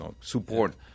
support